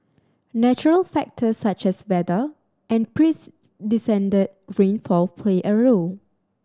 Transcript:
natural factors such as weather and precedented rainfall play a role